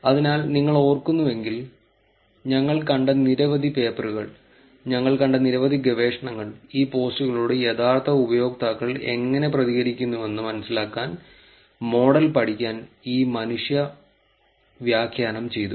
അതിനാൽ നിങ്ങൾ ഓർക്കുന്നുവെങ്കിൽ ഞങ്ങൾ കണ്ട നിരവധി പേപ്പറുകൾ ഞങ്ങൾ കണ്ട നിരവധി ഗവേഷണങ്ങൾ ഈ പോസ്റ്റുകളോട് യഥാർത്ഥ ഉപയോക്താക്കൾ എങ്ങനെ പ്രതികരിക്കുന്നുവെന്ന് മനസിലാക്കാൻ മോഡൽ പഠിക്കാൻ ഈ മനുഷ്യ വ്യാഖ്യാനം ചെയ്തു